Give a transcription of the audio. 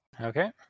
Okay